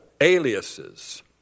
aliases